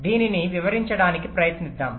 దీనిని వివరించడానికి ప్రయత్నిద్దాం